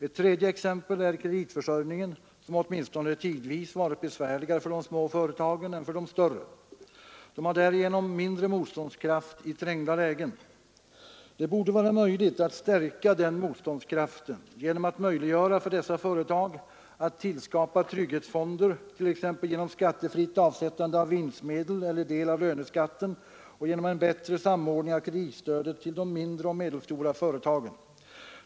Ett fjärde exempel är kreditförsörjningen, som åtminstone tidvis varit besvärligare för de små företagen än för de större. De har därigenom mindre motståndskraft i trängda lägen. Det borde vara möjligt att stärka den motståndskraften genom att möjliggöra för dessa företag att tillskapa trygghetsfonder, t.ex. genom skattefritt avsättande av vinstmedel eller del av löneskatten, och genom en bättre samordning av kreditstödet till de mindre och medelstora företagen.